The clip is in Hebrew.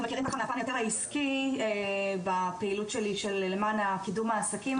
אנחנו מכירים ככה מהפן היותר העסקי בפעילות שלי של למען קידום העסקים,